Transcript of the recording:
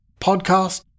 podcast